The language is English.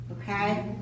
okay